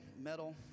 metal